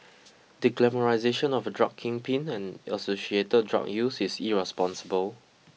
the glamorisation of a drug kingpin and associated drug use is irresponsible